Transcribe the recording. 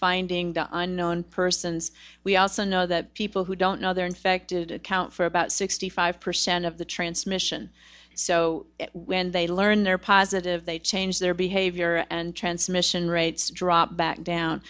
finding the unknown persons we also know that people who don't know they're infected account for about sixty five percent of the transmission so when they learn they're positive they change their behavior and transmission rates drop back down